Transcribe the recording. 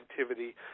activity